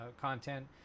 content